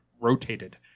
rotated